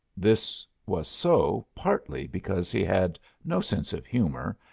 this was so, partly because he had no sense of humor,